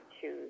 choose